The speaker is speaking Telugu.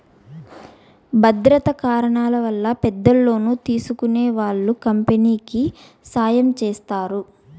భద్రతా కారణాల వల్ల పెద్ద లోన్లు తీసుకునే వాళ్ళు కంపెనీకి సాయం చేస్తారు